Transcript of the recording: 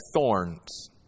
thorns